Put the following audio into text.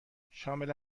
شامل